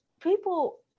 people